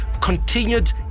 continued